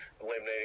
eliminating